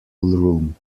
room